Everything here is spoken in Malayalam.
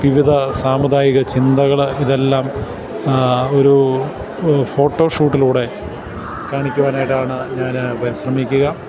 വിവിധ സാമുദായിക ചിന്തകള് ഇതെല്ലാം ഒരു ഫോട്ടോഷൂട്ടിലൂടെ കാണിക്കുവാനായിട്ടാണ് ഞാന് പരിശ്രമിക്കുക